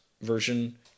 version